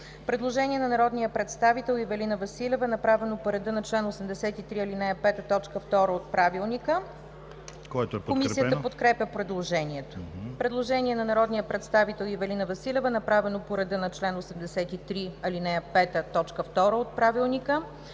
Предложение на народния представител Ивелина Василева направено по реда на чл. 83, ал. 5, т.2 от ПОДНС. Комисията подкрепя предложението. Предложение на народния представител Ивелина Василева, направено по реда на чл. 83, ал. 5, т. 2 от ПОДНС.